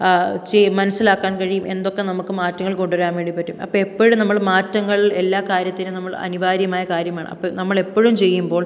മനസ്സിലാക്കാൻ കഴിയും എന്തൊക്കെ നമുക്ക് മാറ്റങ്ങൾ കൊണ്ടു വരാൻ വേണ്ടി പറ്റും അപ്പോൾ എപ്പോഴും നമ്മൾ മാറ്റങ്ങൾ എല്ലാ കാര്യത്തിനും നമ്മൾ അനിവാര്യമായ കാര്യമാണ് അപ്പോൾ നമ്മൾ എപ്പോഴും ചെയ്യുമ്പോൾ